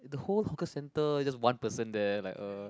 the whole hawker centre just one person there like err